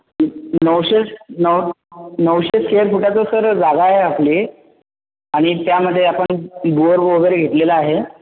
नऊशे नऊ नऊशे स्क्वेअर फुटाचं सर जागा आहे आपली आणि त्यामधे आपन बोअर वगैरे घेतलेला आहे